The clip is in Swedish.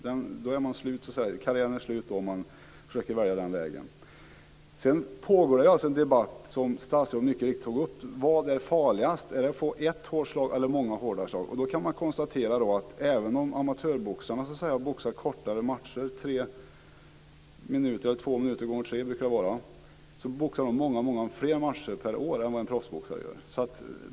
Då är karriären slut om man försöker välja den vägen. Det pågår, som statsrådet mycket riktigt tog upp, en debatt om vad som är farligast: är det att få ett hårt slag eller många hårda slag. Då kan man konstatera att även om amatörboxarna boxar kortare matcher, två minuter gånger tre brukar det vara, så boxar de många fler matcher per år än vad en proffsboxare gör.